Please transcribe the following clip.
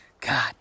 God